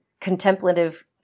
contemplative